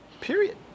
period